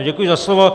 Děkuji za slovo.